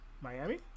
Miami